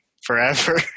forever